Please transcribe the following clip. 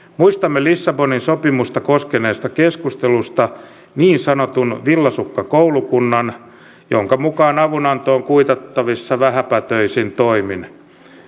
muistamme lissabonin sopimusta koskeneesta keskustelusta niin sanotun villasukkakoulukunnan jonka mukaan avunanto on kuitattavissa vähäpätöisin toimin